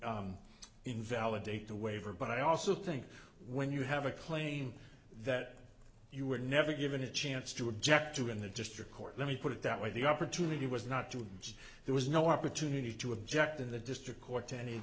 to invalidate the waiver but i also think when you have a claim that you were never given a chance to object to in the district court let me put it that way the opportunity was not to because there was no opportunity to object in the district court to any of